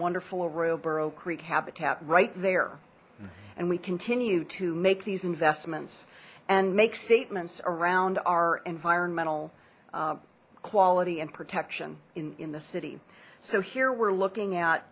wonderful arroyo creek habitat right there and we continue to make these investments and make statements around our environmental quality and protection in the city so here we're looking at